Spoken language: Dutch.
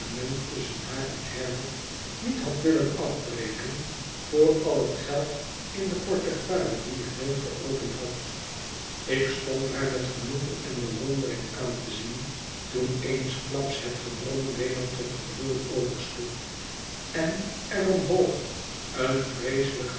tusschen haar en herbert niet had willen afbreken voor al net geld in de portefeuille die ik nooit geopend had ik stond haar met genoegen en bewondering aan te zien toen eensklaps net gebrom weder tot gebrul oversloeg en er omhoog een vreeselijk